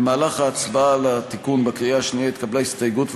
במהלך ההצבעה בקריאה השנייה על התיקון התקבלה הסתייגות,